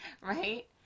right